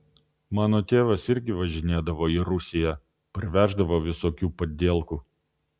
mano tėvas irgi važinėdavo į rusiją parveždavo visokių padielkų